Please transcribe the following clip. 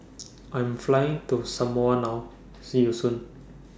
I Am Flying to Samoa now See YOU Soon